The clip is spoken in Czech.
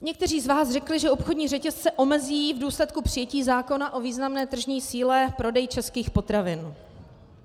Někteří z vás řekli, že obchodní řetězce omezí v důsledku přijetí zákona o významné tržní síle prodej českých potravin.